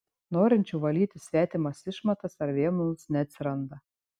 norinčių valyti svetimas išmatas ar vėmalus neatsiranda